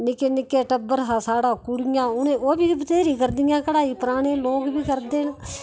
निक्के निक्के टब्बर हा साढ़ा कुड़ियें उंहे ओह्बी बत्हेरी करदी हियां कढ़ाई पराने लोग बी करदे ना